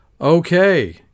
Okay